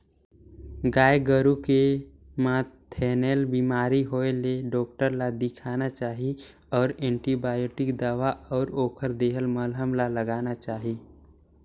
गाय गोरु के म थनैल बेमारी होय ले डॉक्टर ल देखाना चाही अउ एंटीबायोटिक दवा अउ ओखर देहल मलहम ल लगाना चाही